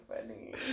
funny